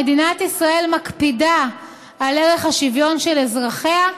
מדינת ישראל מקפידה על ערך השוויון של אזרחיה,